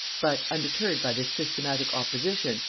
but undeterred by this systematic opposition,